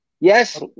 Yes